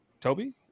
Toby